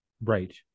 Right